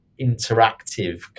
interactive